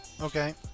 Okay